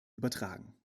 übertragen